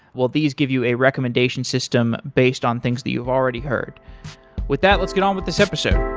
well, these give you a recommendation system based on things that you've already heard with that, let's get on with this episode